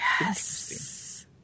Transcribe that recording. yes